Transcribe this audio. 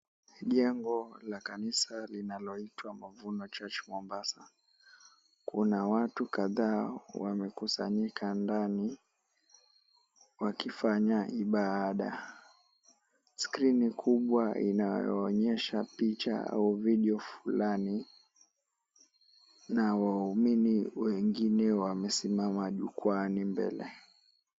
Jengo la kanisa linaloitwa Mavuno Church, Mombasa. Kuna watu kadhaa wamekusanyika ndani wakifanya ibada. Screen kubwa inayoonyesha picha au video fulani, na waumini wengine wamesimama jukwaani mbele.